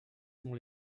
molt